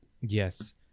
yes